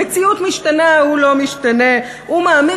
המציאות משתנה, הוא לא משתנה.